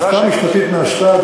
הפקעה משפטית נעשתה,